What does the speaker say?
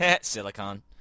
Silicon